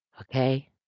Okay